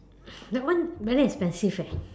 that one very expensive eh